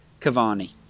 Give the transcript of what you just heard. Cavani